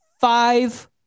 five